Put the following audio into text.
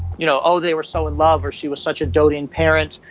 you know, oh they were so in love, or she was such a doting parent.